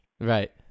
Right